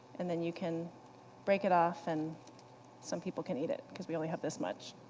and then you can break it off and some people can eat it. because we only have this much.